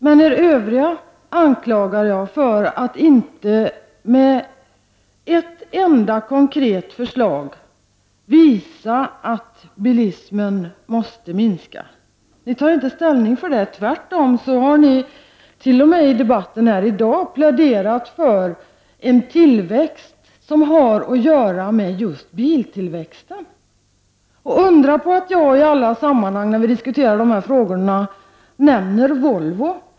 Men er övriga anklagar jag för att inte med ett enda konkret förslag visa att ni anser att bilismen måste minska. Ni tar inte ställning för detta. Tvärtom har ni t.o.m. i debatten i dag pläderat för en tillväxt som har att göra med just biltillväxten. Undra på att jag i alla sammanhang när vi diskuterar dessa frågor nämner Volvo!